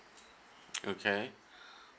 okay